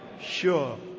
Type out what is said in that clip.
Sure